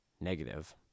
negative